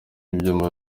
ibyuma